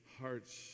hearts